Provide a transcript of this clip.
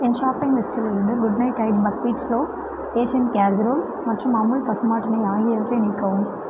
என் shopping லிஸ்டில் இருந்து good night diet buckwheat flour Asian casserole மற்றும் அமுல் பசுமாட்டு நெய் ஆகியவற்றை நீக்கவும்